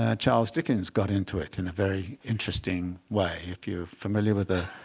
ah charles dickens got into it in a very interesting way. if you're familiar with the